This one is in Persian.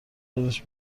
دلش